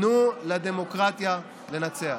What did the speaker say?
תנו לדמוקרטיה לנצח.